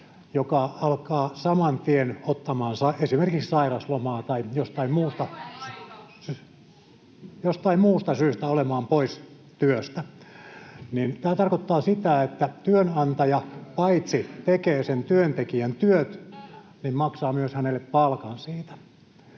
joka alkaa saman tien ottamaan esimerkiksi sairauslomaa [Vasemmalta: Sitten meillä on koeaika!] tai jostain muusta syystä olemaan pois työstä. Tämä tarkoittaa sitä, että työnantaja paitsi tekee sen työntekijän työt, maksaa hänelle myös palkan siitä.